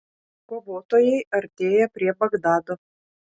kovotojai artėja prie bagdado